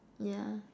yeah